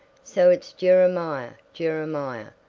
so it's jeremiah, jeremiah,